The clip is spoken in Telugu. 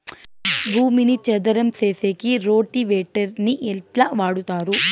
భూమిని చదరం సేసేకి రోటివేటర్ ని ఎట్లా వాడుతారు?